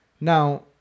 now